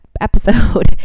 episode